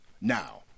Now